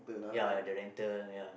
ya the rental ya